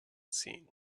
seen